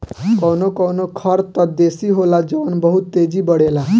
कवनो कवनो खर त देसी होला जवन बहुत तेजी बड़ेला